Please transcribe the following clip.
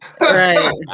Right